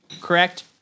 Correct